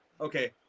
okay